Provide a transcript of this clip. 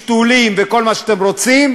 שתולים וכל מה שאתם רוצים,